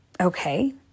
okay